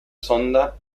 sonda